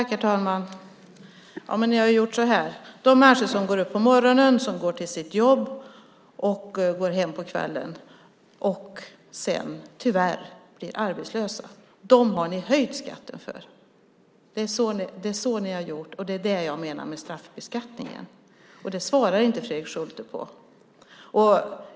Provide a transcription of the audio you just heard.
Herr talman! För de människor som går upp på morgonen och går till sitt jobb och som sedan återvänder hem på kvällen och därefter, tyvärr, blir arbetslösa har ni höjt skatten. Så har ni gjort. Det är det jag menar med straffbeskattningen. Men Fredrik Schulte ger inget svar.